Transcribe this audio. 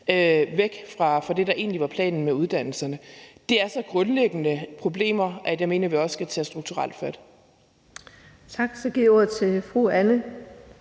væk fra det, der egentlig var planen med uddannelserne. Det er så grundlæggende problemer, at jeg mener, at vi også skal tage strukturelt fat. Kl. 16:39 Den fg. formand